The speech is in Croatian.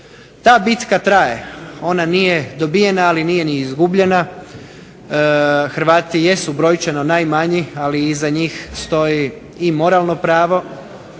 Ta bitka traje, ona nije dobijena, ali nije ni izgubljena. Hrvati jesu brojčano najmanji, ali iza njih stoji i moralno pravo